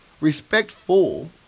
respectful